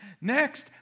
Next